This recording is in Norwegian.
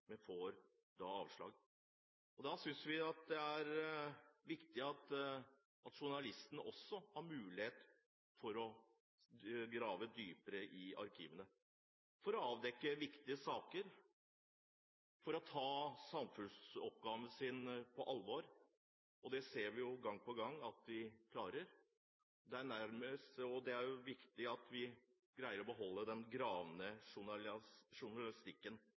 får da avslag. Da synes vi det er viktig at journalistene også har mulighet til å grave dypere i arkivene for å avdekke viktige saker, for å ta samfunnsoppgaven på alvor, og det ser vi jo gang på gang at de klarer. Det er viktig at vi greier å beholde den gravende journalistikken